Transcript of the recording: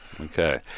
Okay